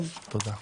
תודה.